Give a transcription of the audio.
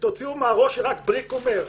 תוציאו מהראש שרק בריק אומר.